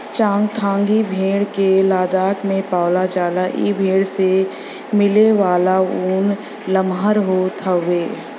चांगथांगी भेड़ के लद्दाख में पावला जाला ए भेड़ से मिलेवाला ऊन लमहर होत हउवे